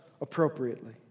appropriately